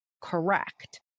correct